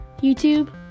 YouTube